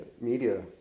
media